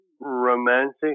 romantic